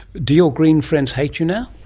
do your green friends hate you now?